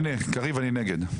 הנה, קריב, אני נגד.